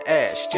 ash